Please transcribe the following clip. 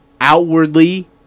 outwardly